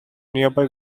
nearby